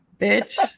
bitch